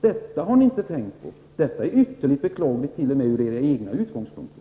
Detta har ni inte tänkt på, och detta är ytterligt beklagligt t.o.m. från era egna utgångspunkter.